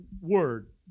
word